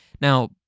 Now